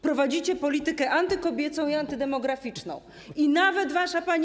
Prowadzicie politykę antykobiecą i antydemograficzną i nawet wasza pani